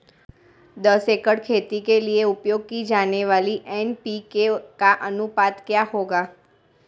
दस एकड़ खेती के लिए उपयोग की जाने वाली एन.पी.के का अनुपात क्या होगा?